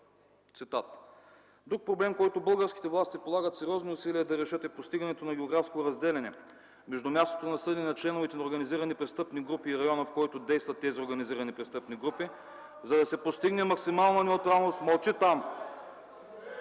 Цитат! „Друг проблем, по който българските власти полагат сериозни усилия да решат, е постигането на географско разделяне между мястото на съдене на членовете на организирани престъпни групи и района, в който действат тези организирани престъпни групи…” (Шум и реплики от независимите